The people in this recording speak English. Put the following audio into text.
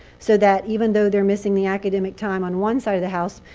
so that even though they're missing the academic time on one side of the house,